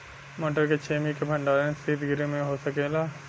मटर के छेमी के भंडारन सितगृह में हो सकेला?